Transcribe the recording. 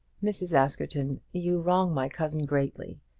mrs. askerton, you wrong my cousin greatly.